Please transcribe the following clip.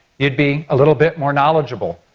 you'd be a little bit more knowledgeable.